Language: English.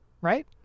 Right